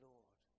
Lord